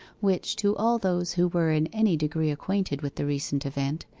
which, to all those who were in any degree acquainted with the recent event,